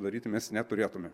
daryti mes neturėtume